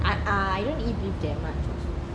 I I don't eat beef that much also